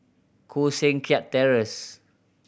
Koh Seng Kiat Terence